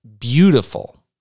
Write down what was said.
beautiful